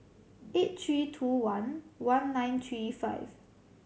eight three two one one nine three five